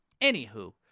anywho